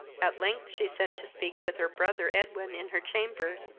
at length she sent to speak with her brother edwin in her chamber,